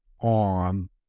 on